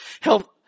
Help